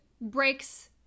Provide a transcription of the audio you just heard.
breaks